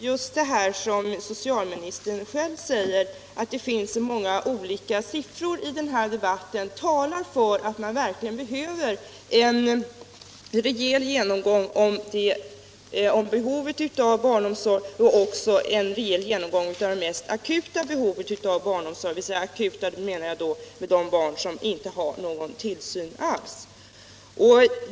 Herr talman! Jag tycker att just det som socialministern själv säger, att det finns så många olika siffror i den här debatten, talar för att det verkligen behövs en rejäl genomgång av behovet av barnomsorg och särskilt det mest akuta behovet av barnomsorg — då avser jag de barn som inte har någon tillsyn alls.